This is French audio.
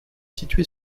situé